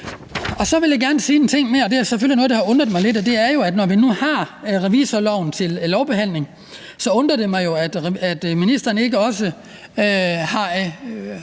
der har undret mig lidt. Det er, at når vi nu har revisorloven til lovbehandling, så undrer det mig, at ministeren ikke